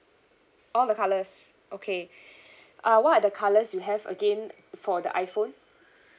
all the colours okay uh what are the colours you have again for the iphone